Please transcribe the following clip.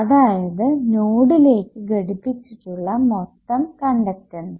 അതായതു നോഡിലേക്ക് ഘടിപ്പിച്ചിട്ടുള്ള മൊത്തം കണ്ടക്ടൻസ്